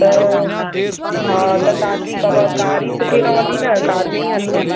त हा त तव्हां जी क कार ई सुठी रहंदी न कार में ई हलूं